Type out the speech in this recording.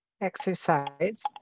exercise